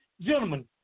gentlemen